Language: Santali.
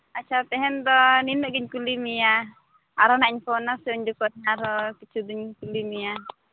ᱟᱪᱪᱷᱟ ᱛᱮᱦᱮᱧ ᱫᱚ ᱱᱤᱱᱟᱹᱜ ᱜᱤᱧ ᱠᱩᱞᱤ ᱢᱮᱭᱟ ᱟᱨ ᱱᱟᱜ ᱤᱧ ᱯᱷᱳᱱᱟ ᱥᱮ ᱩᱱ ᱡᱚᱠᱷᱚᱡ ᱠᱤᱪᱷᱩ ᱫᱩᱧ ᱠᱩᱞᱤ ᱢᱮᱭᱟ